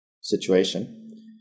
situation